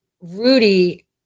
rudy